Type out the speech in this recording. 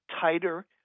tighter